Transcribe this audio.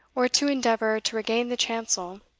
or to endeavour to regain the chancel,